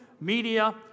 media